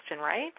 right